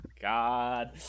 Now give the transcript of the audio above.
god